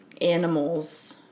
animals